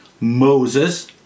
Moses